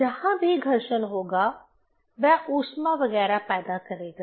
जहां भी घर्षण होगा वह ऊष्मा वगैरह पैदा करेगा